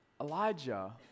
Elijah